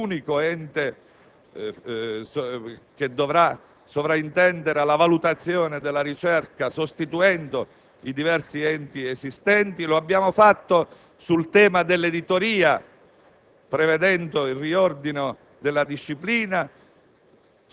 prevedendo nel decreto l'istituzione di un nuovo unico ente che dovrà sovrintendere alla valutazione della ricerca sostituendo i diversi enti esistenti; lo abbiamo fatto sul tema dell'editoria,